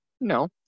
No